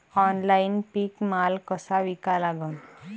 Online पीक माल कसा विका लागन?